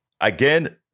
again